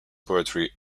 poetry